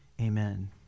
Amen